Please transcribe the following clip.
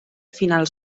finals